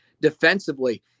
defensively